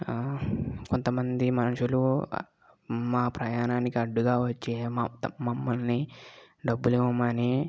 కొంతమంది మనుషులు మా ప్రయాణానికి అడ్డుగా వచ్చి మమ్మల్ని డబ్బులు ఇవ్వమని